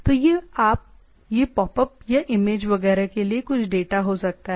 तो यह pop up या इमेज वगैरह के लिए कुछ डेटा हो सकता है